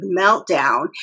meltdown